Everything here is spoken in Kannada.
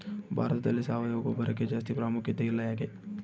ಭಾರತದಲ್ಲಿ ಸಾವಯವ ಗೊಬ್ಬರಕ್ಕೆ ಜಾಸ್ತಿ ಪ್ರಾಮುಖ್ಯತೆ ಇಲ್ಲ ಯಾಕೆ?